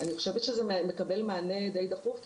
אני חושבת שזה מקבל מענה דיי דחוף,